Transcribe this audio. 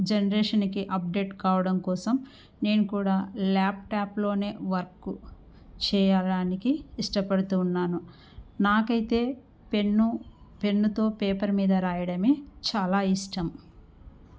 జనరేషన్కి అప్డేట్ కావడం కోసం నేను కూడా ల్యాప్టాప్లోనే వర్క్ చేయడానికి ఇష్టపడుతూ ఉన్నాను నాకు అయితే పెన్ను పెన్నుతో పేపర్ మీద వ్రాయడమే చాలా ఇష్టం